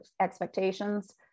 expectations